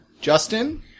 Justin